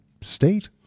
state